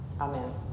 Amen